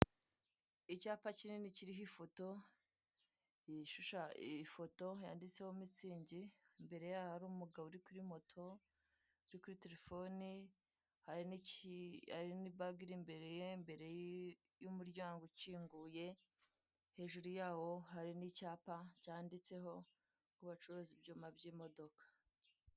Icyapa kinini kiriho ifoto yanditseho mitsingi mbere yaho hari umugabo uri kuri moto uri kuri telefone hari n'ibage iremereye imbere y'umuryango ukinguye, hejuru yawo hari n'icyapa cyanditseho ku bacuruza ibyuma by'imodoka.